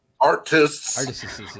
artists